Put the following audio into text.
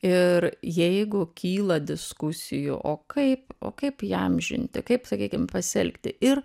ir jeigu kyla diskusijų o kaip o kaip įamžinti kaip sakykim pasielgti ir